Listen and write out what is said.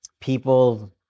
people